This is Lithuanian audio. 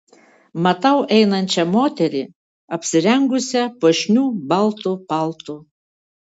matau einančią moterį apsirengusią puošniu baltu paltu